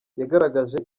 yagaragaje